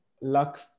luck